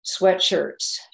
sweatshirts